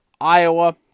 Iowa